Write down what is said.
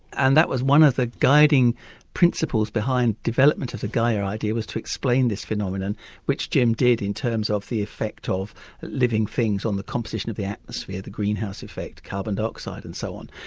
and that was one of the guiding principles behind development of the gaia idea was to explain this phenomenon which jim did in terms of the effect of living things on the composition of the atmosphere, the greenhouse effect, carbon dioxide and so on.